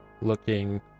looking